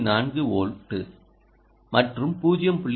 4 volt மற்றும் 0